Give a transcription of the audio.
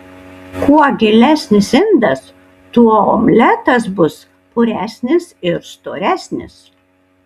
kuo gilesnis indas tuo omletas bus puresnis ir storesnis